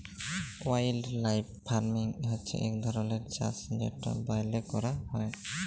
wildlife farming হছে ইক ধরলের চাষ যেট ব্যইলে ক্যরা হ্যয়